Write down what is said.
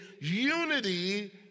Unity